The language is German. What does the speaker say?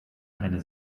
eine